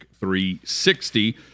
360